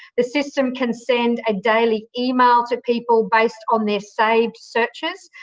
the system can send a daily email to people based on their saved searches.